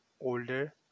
older